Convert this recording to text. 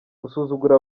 gusuzugura